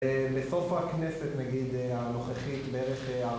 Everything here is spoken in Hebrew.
לסוף הכנסת נגיד הנוכחית בערך...